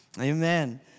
Amen